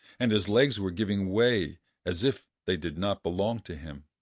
and his legs were giving way as if they did not belong to him.